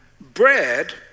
bread